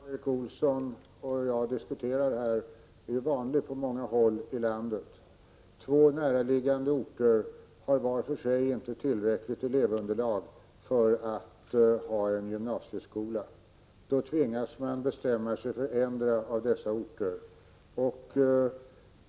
Herr talman! Den situation som Karl Erik Olsson och jag här diskuterar är vanlig på många håll i landet. Två näraliggande orter har var för sig inte tillräckligt elevunderlag för att ha en gymnasieskola. Då tvingas man bestämma sig för endera av dessa orter.